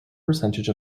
percentage